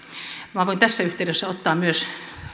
minä voin tässä yhteydessä ottaa myös